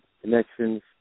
connections